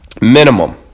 minimum